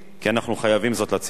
כי אנחנו חייבים זאת לציבור.